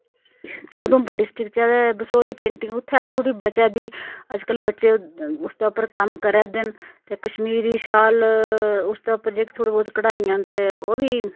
Udhampur district च ते Basohli painting उत्थैं ऐ थोह्ड़ी बचा दी अज्जकल बच्चे उसदे उप्पर कम्म करा दे न ते कश्मीरी शाल उसदे उप्पर जेह्की थोह्ड़ी कढ़ाइयां न ते ओह् बी